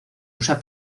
usa